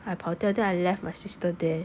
I 跑掉 then I left my sister there